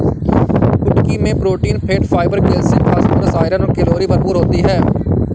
कुटकी मैं protein, fat, fibre, calcium, phosphorus, iron और कैलोरी भरपूर होती है